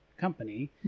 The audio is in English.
company